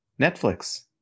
Netflix